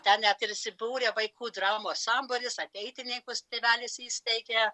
ten net ir susibūrė vaikų dramos sambūris ateitininkus tėvelis įsteigė